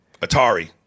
Atari